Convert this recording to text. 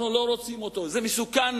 אנחנו לא רוצים אותו, זה מסוכן